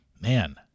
man